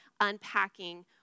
unpacking